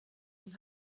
und